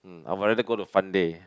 mm I would rather go to Fun Day